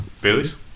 Baileys